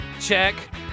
Check